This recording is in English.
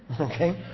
Okay